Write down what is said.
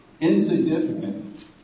insignificant